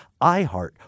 iHeart